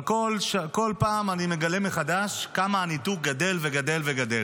אבל כל פעם אני מגלה מחדש כמה הניתוק גדל וגדל וגדל.